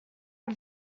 are